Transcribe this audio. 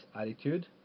attitude